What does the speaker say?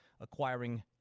acquiring